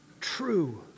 true